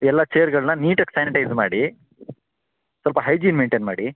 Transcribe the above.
ಎಲ್ಲ ಚೇರ್ಗಳನ್ನ ನೀಟಾಗಿ ಸ್ಯಾನಿಟೈಝ್ ಮಾಡಿ ಸ್ವಲ್ಪ ಹೈಜೀನ್ ಮೇಯ್ನ್ಟೇನ್ ಮಾಡಿ